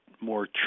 more